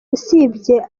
usibye